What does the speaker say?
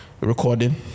recording